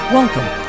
Welcome